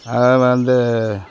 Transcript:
வந்து